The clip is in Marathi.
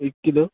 एक किलो